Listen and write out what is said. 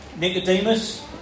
Nicodemus